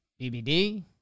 BBD